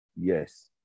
yes